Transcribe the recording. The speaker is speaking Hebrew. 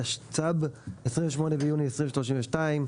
התשצ"ב (28 ביוני 2032)